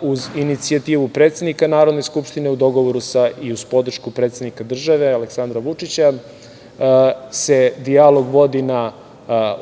uz inicijativu predsednika Narodne skupštine u dogovoru i uz podršku predsednika države, Aleksandra Vučića, se dijalog vodi na